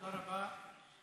תודה רבה.